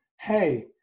hey